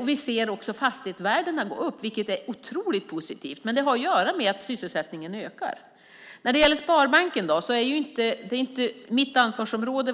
Vi ser också att fastighetsvärdena ökar, vilket är otroligt positivt. Det har att göra med att sysselsättningen ökar. När det gäller Sparbanken är inte bankerna mitt ansvarsområde.